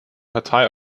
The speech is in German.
partei